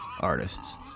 artists